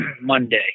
Monday